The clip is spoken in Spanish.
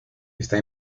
está